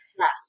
Yes